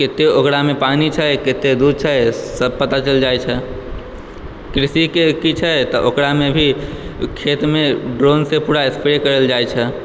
कतय ओकरामे पानी चाही कतय दूध छै सब पता चलि जाई छै कृषि के की छै तऽ ओकरामे भी खेतमे ड्रोन सॅं पूरा स्प्रे करल जाइ छै